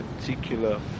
particular